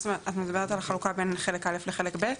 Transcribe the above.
את מדברת על החלוקה בין חלק א' לחלק ב'?